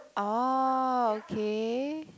oh okay